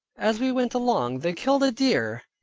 as we went along they killed a deer,